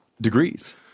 degrees